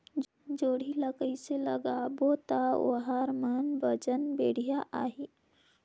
जोणी ला कइसे लगाबो ता ओहार मान वजन बेडिया आही?